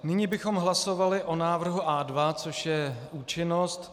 Nyní bychom hlasovali o návrhu A2, což je účinnost.